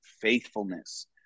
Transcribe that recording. faithfulness